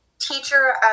teacher